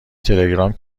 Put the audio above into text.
تلگرام